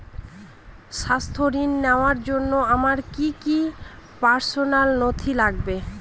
স্বাস্থ্য ঋণ নেওয়ার জন্য আমার কি কি পার্সোনাল নথি লাগবে?